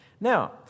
Now